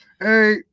hey